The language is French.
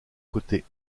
côté